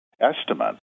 estimate